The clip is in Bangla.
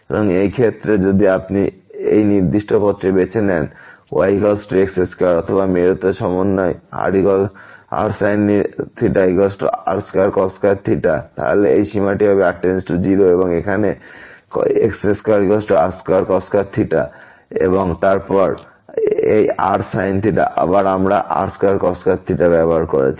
এবং এই ক্ষেত্রে যদি আপনি এই নির্দিষ্ট পথটি বেছে নেন y x2 অথবা মেরুতে সমন্বয় rsin r2cos2 তাহলে এই সীমাটি হবে r → 0 এবং এখানে এই x2r2 এবং তারপর এইrsin আবার আমরা এই r2cos2 ব্যবহার করেছি